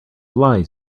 lies